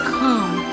come